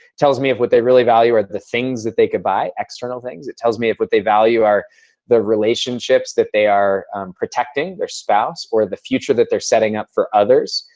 tells me if what they really value are the things that they can buy, external things it tells me if what they value are the relationships that they are protecting, their spouse or the future that they're setting up for others.